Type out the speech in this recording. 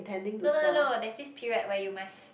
no no no no there is this period where you must